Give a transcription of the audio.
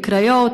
בקריות,